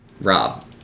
Rob